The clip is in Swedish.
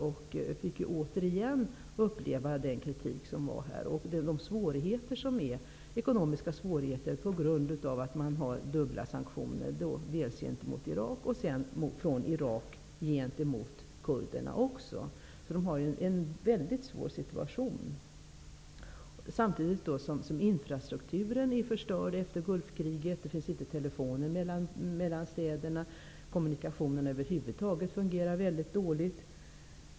Jag fick då återigen uppleva kritiken som fanns och de ekonomiska svårigheterna på grund av dubbla sanktioner, dels från oss gentemot Irak och dels från Irak gentemot kurderna. De har därför en väldigt svår situation. Infrastrukturen är förstörd efter Gulfkriget. Det finns inte telefonförbindelse mellan städerna. Kommunikationerna över huvud taget fungerar väldigt dåligt.